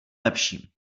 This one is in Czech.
lepším